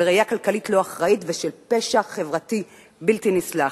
של ראייה כלכלית לא אחראית ושל פשע חברתי בלתי נסלח.